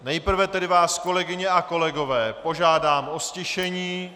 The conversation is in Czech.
Nejprve vás, kolegyně a kolegové, požádám o ztišení....